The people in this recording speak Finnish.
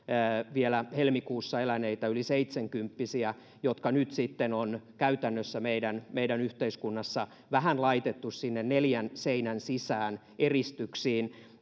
vielä helmikuussa eläneitä yli seitsenkymppisiä jotka nyt sitten on käytännössä meidän meidän yhteiskunnassamme vähän laitettu sinne neljän seinän sisään eristyksiin